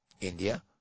India